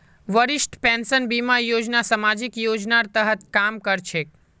वरिष्ठ पेंशन बीमा योजना सामाजिक योजनार तहत काम कर छेक